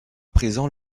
présents